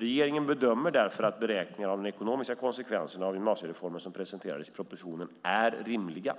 Regeringen bedömer därför att de beräkningar av de ekonomiska konsekvenserna av gymnasiereformen som presenterades i propositionen är rimliga.